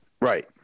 Right